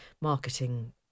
marketing